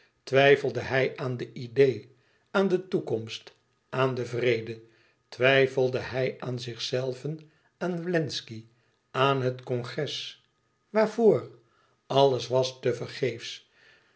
twijfelde hij aan de idee aan de toekomst aan den vrede twijfelde hij aan zichzelven aan wlenzci aan het congres waarvoor alles was